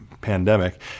pandemic